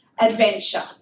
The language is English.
adventure